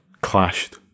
clashed